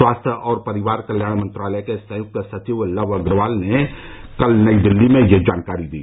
स्वास्थ्य और परिवार कल्याण मंत्रालय के संयुक्त सचिव लव अग्रवाल ने कल नई दिल्ली में यह जानकारी दी